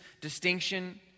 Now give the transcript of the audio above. distinction